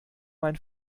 mein